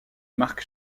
marc